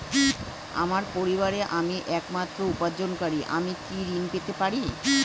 আমার পরিবারের আমি একমাত্র উপার্জনকারী আমি কি ঋণ পেতে পারি?